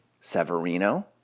Severino